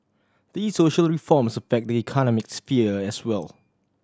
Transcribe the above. these social reforms affect the economic sphere as well